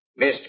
Mr